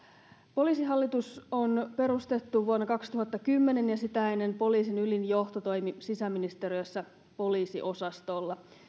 poliisihallitus on perustettu vuonna kaksituhattakymmenen ja sitä ennen poliisin ylin johto toimi sisäministeriössä poliisiosastolla